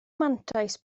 mantais